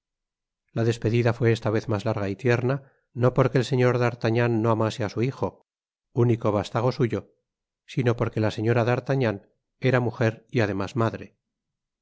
la despedida fué esta vez mas larga y tierna no porque el señor d'artagnan no amase á su hijo único vástago suyo sino porque la señora dartagnan era mujer y además madre